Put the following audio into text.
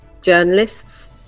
journalists